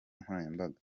nkoranyambaga